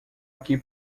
aqui